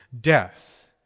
death